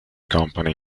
company